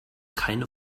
keine